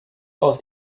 aus